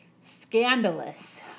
scandalous